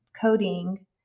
coding